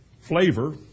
flavor